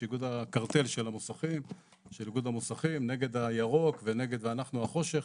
שאיגוד הקרטל של איגוד המוסכים נגד הירוק ואנחנו החושך.